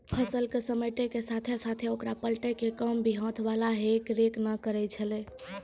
फसल क समेटै के साथॅ साथॅ होकरा पलटै के काम भी हाथ वाला हे रेक न करै छेलै